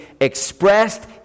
expressed